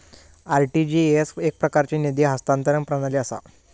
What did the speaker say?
RTGS एकप्रकारची निधी हस्तांतरण प्रणाली असा